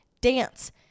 dance